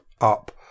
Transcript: up